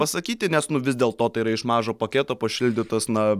pasakyti nes vis dėlto tai yra iš mažo paketo pašildytas na